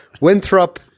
Winthrop